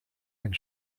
and